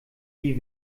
wie